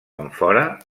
enfora